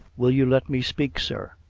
will you let me speak, sir?